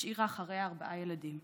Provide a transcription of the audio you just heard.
השאירה אחריה ארבעה ילדים,